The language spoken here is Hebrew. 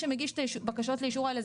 מי שמגיש את הבקשות לאישורים האלה זה